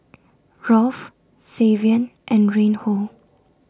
Rolf Savion and Reinhold